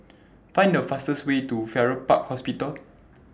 Find The fastest Way to Farrer Park Hospital